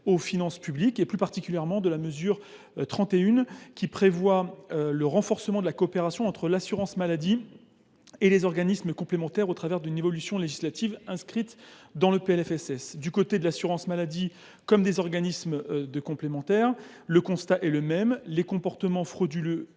la fraude »; plus précisément, la mesure 31 prévoit de « renforcer la coopération entre l’assurance maladie et les complémentaires santé » au travers d’une évolution législative inscrite dans le PLFSS. Du côté de l’assurance maladie comme des organismes complémentaires, le constat est le même : les comportements frauduleux